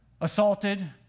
assaulted